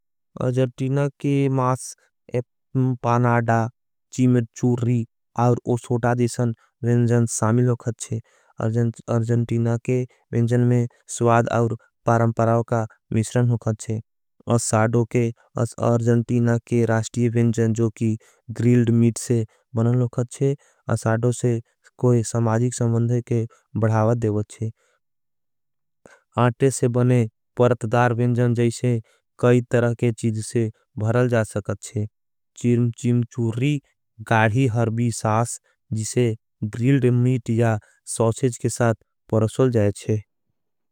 अर्जन्टीना के मास, एपम, पानाड़ा, चीमर, चूरी और ओशोटा दिशन विन्जन सामिल होगत है। अर्जन्टीना के विन्जन में स्वाद और परमपराव का मिश्रण होगत है। असाडो के अर्जन्टीना के राश्टिय विन्जन जो की ग्रिल्ड मीट से बनलोगत है। असाडो से कोई समाजिक सम्वंधे के बढ़ावद देवत है। आटे से बने परतदार विन्जन जैसे कई तरह के चीज़ से भरल जा सकत है। चिरमचिम चूरी गाधी हर्वी सास जिसे ग्रिल्ड मीट या सॉसेज के साथ परसल जायेंचे।